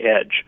Edge